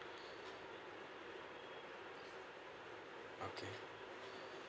okay